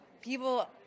people